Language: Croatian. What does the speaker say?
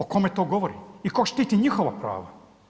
O kome to govori i tko štiti njihova prava?